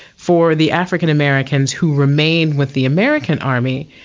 for the african americans who remained with the american army,